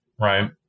right